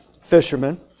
fishermen